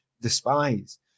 despise